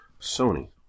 Sony